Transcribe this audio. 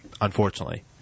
unfortunately